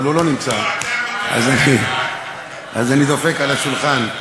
אבל הוא לא נמצא אז אני דופק על השולחן.